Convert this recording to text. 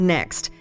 Next